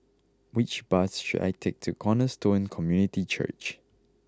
which bus should I take to Cornerstone Community Church